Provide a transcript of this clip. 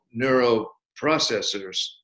neuroprocessors